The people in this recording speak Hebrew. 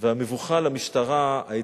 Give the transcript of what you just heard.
המשטרה לא ידעה שהיא מצולמת,